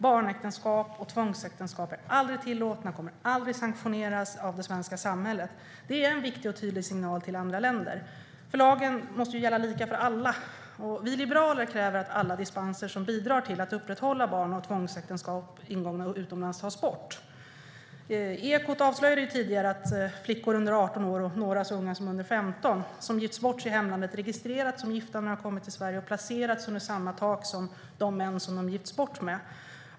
Barnäktenskap och tvångsäktenskap är aldrig tillåtna och kommer aldrig att sanktioneras av det svenska samhället. Det är en viktig och tydlig signal till andra länder. Lagen måste ju gälla lika för alla. Vi liberaler kräver att alla dispenser som bidrar till att upprätthålla barn och tvångsäktenskap ingångna utomlands tas bort. Ekot avslöjade tidigare att flickor under 18 år - och några så unga som under 15 år - som har gifts bort i hemlandet registreras som gifta när de kommer till Sverige och placeras under samma tak som de män som de gifts bort med.